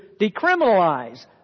decriminalize